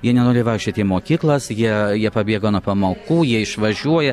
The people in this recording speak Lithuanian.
jie nenori vaikščioti į mokyklas jie jie pabėga nuo pamokų jie išvažiuoja